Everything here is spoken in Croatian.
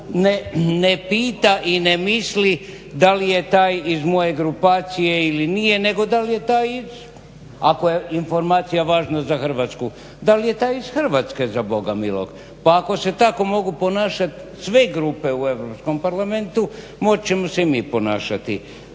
ne pita i ne misli da li je taj iz moje grupacije ili nije nego da li je taj ako je informacija važna za Hrvatsku, da li je ta iz Hrvatske za boga miloga, pa ako se tako mogu ponašati sve grupe u Europskom parlamentu moć ćemo se i mi ponašati.